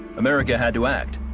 america had to act,